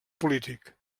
polític